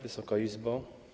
Wysoka Izbo!